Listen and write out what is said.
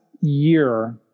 year